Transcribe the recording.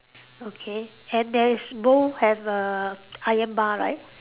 okay and there is both have a iron bar right